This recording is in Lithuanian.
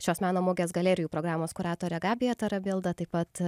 šios meno mugės galerijų programos kuratorė gabija tarabilda taip pat